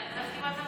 אבל איך קיבלת בגרות?